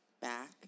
back